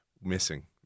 missing